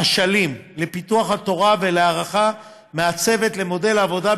אשלים לפיתוח התורה ולהערכה מעצבת למודל העבודה,